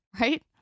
right